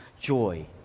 joy